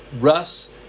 Russ